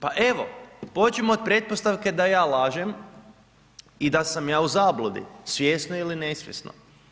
Pa evo, pođimo od pretpostavke da ja lažem i da sam ja u zabludi, svjesno ili nesvjesno.